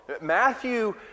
Matthew